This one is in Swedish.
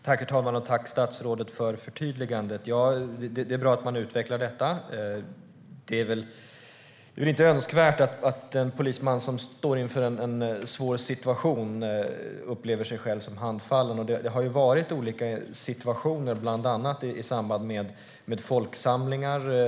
Herr talman! Tack, statsrådet, för förtydligandet! Det är bra att man utvecklar detta. Det är inte önskvärt att en polisman som står inför en svår situation upplever sig själv som handfallen. Det har varit olika situationer, bland annat i samband med folksamlingar.